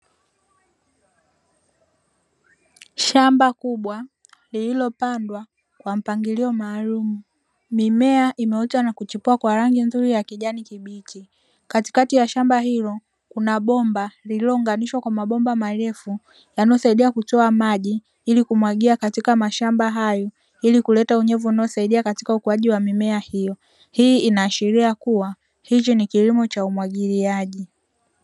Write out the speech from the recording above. Shamba kubwa lililopandwa kwa mpangilio maalumu, mimea imeota na kuchipua kwa rangi nzuri ya kijani kibichi. Katikati ya shamba hilo kuna bomba lililounganishwa kwa mabomba marefu, yanayosaidia kutoa maji ili kumwagia katika mashamba hayo ili kuleta unyevu unaosaidia katika ukuaji wa mimea hiyo. Hii inaashiria kuwa hiki ni kilimo cha umwagiliaji.